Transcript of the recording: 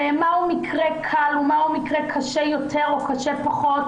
מהו מקרה קל ומהו מקרה קשה יותר או קשה פחות.